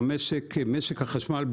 משק החשמל במדינת ישראל,